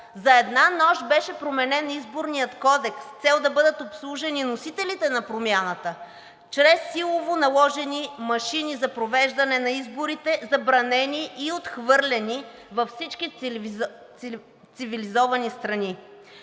За една нощ беше променен Изборният кодекс с цел да бъдат обслужени носителите на промяната чрез силово наложени машини за провеждане на изборите, забранени и отхвърлени във всички цивилизовани страни.